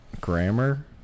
grammar